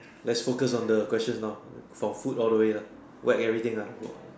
let's focus on the questions now for food all the way ah whack everything ah